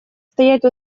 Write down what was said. стоять